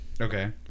okay